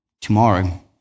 tomorrow